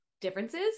differences